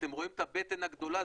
אתם רואים את הבטן הגדולה?